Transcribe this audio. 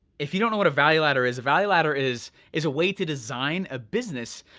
if you don't know what a value ladder is, a value ladder is is a way to design a business.